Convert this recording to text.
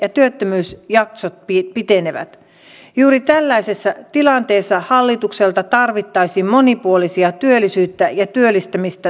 tämä koskee vähän sairastavia ihmisiä jotka muutaman kerran vuodessa käyvät kelan piikkiin ajavat